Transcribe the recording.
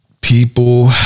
People